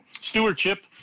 stewardship